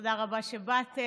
תודה רבה שבאתם.